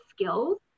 skills